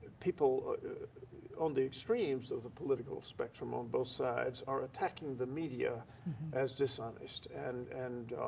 people on the extremes of the political spectrum on both sides are attacking the media as dishonest. and and